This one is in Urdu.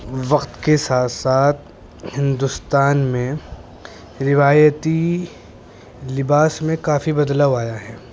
وقت کے ساتھ ساتھ ہندوستان میں روایتی لباس میں کافی بدلاؤ آیا ہے